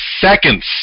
seconds